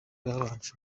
babanje